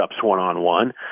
one-on-one